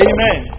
Amen